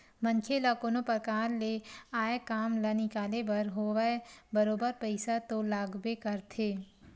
मनखे ल कोनो परकार ले आय काम ल निकाले बर होवय बरोबर पइसा तो लागबे करथे